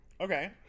okay